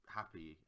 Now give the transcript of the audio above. happy